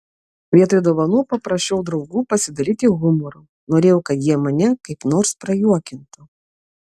vietoj dovanų paprašiau draugų pasidalyti humoru norėjau kad jie mane kaip nors prajuokintų